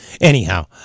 Anyhow